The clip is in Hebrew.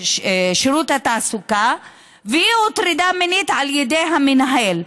שירותי שירות התעסוקה היא הוטרדה מינית על ידי המנהל.